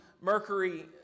Mercury